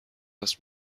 است